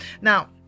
now